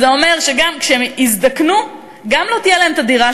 זה אומר שכשהם יזדקנו גם לא תהיה להם דירה,